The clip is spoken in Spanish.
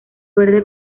verde